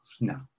no